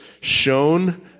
shown